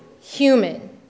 human